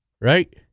right